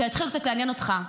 שיתחיל קצת לעניין אותך.